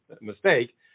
mistake